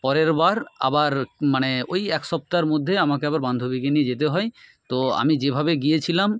পরের বার আবার মানে ওই এক সপ্তার মধ্যে আমাকে আবার বান্ধবীকে নিয়ে যেতে হয় তো আমি যেভাবে গিয়েছিলাম